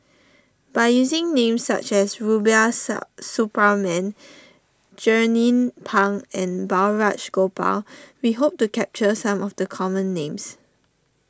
by using names such as Rubiah sub Suparman Jernnine Pang and Balraj Gopal we hope to capture some of the common names